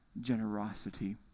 generosity